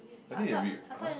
I think it can read !huh!